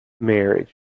marriage